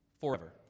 forever